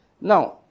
Now